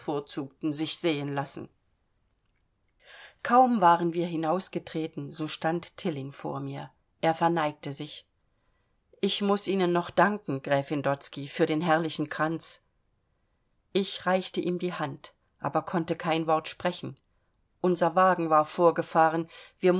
sich sehen lassen kaum waren wir hinausgetreten so stand tilling vor mir er verneigte sich ich muß ihnen noch danken gräfin dotzky für den herrlichen kranz ich reichte ihm die hand aber konnte kein wort sprechen unser wagen war vorgefahren